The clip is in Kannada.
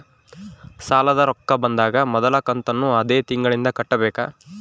ಸಾಲದ ರೊಕ್ಕ ಬಂದಾಗ ಮೊದಲ ಕಂತನ್ನು ಅದೇ ತಿಂಗಳಿಂದ ಕಟ್ಟಬೇಕಾ?